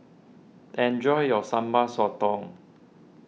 enjoy your Sambal Sotong